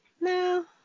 No